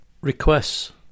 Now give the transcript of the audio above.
requests